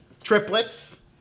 triplets